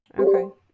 Okay